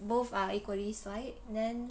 both are equally 帅 then